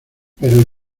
pero